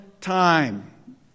time